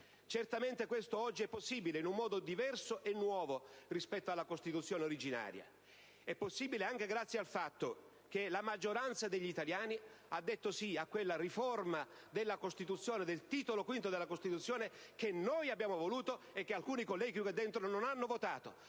certamente ciò è possibile in un modo diverso e nuovo rispetto alla Costituzione originaria; è possibile anche grazie al fatto che la maggioranza degli italiani ha detto sì a quella riforma del Titolo V della Costituzione, che noi abbiamo voluto e che alcuni colleghi in quest'Aula non hanno votato!